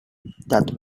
that